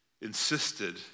insisted